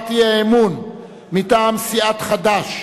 להצעת האי-אמון מטעם סיעת חד"ש,